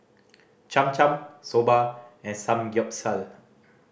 Cham Cham Soba and Samgeyopsal